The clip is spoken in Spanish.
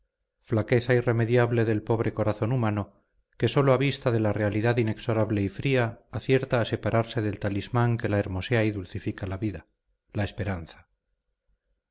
flaqueza irremediable del pobre corazón humano que sólo a vista de la realidad inexorable y fría acierta a separarse del talismán que hermosea y dulcifica la vida la esperanza